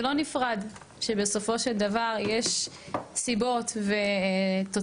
זה לא נפרד, שבסופו של דבר יש סיבות ותוצאות,